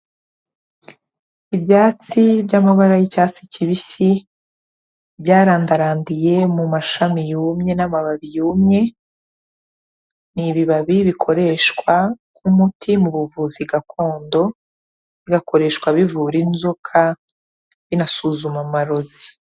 Ibyatsi by'amabara y'icyatsi kibisi, byarandarandiye mu mashami yumye n'amababi yumye, ni ibibabi bikoreshwa nk'umuti mu buvuzi gakondo, bigakoreshwa bivura inzoka binasuzuma amarozi.